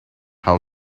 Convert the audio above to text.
how